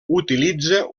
utilitza